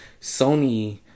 Sony